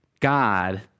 God